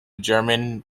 german